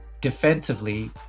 defensively